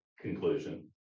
conclusion